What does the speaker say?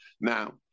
now